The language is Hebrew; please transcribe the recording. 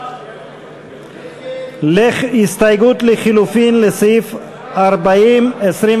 הסתייגות לחלופין לסעיף 40(25)